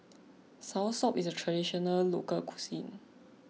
Soursop is a Traditional Local Cuisine